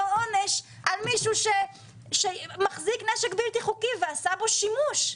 עונש כמו מישהו שמחזיק נשק בלתי חוקי ועשה בו שימוש.